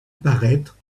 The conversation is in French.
paraître